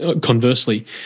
conversely